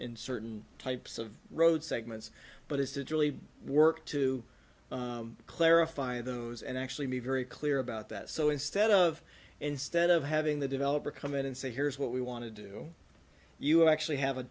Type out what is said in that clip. in certain types of road segments but it's to truly work to clarify those and actually be very clear about that so instead of instead of having the developer come in and say here's what we want to do you actually have a